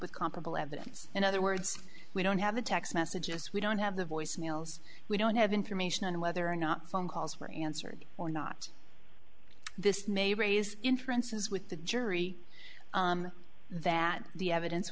with comparable evidence in other words we don't have a text messages we don't have the voice mails we don't have information on whether or not phone calls were answered or not this may raise inferences with the jury that the evidence